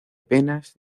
penas